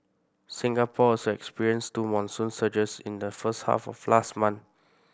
Singapore also experienced two monsoon surges in the first half of last month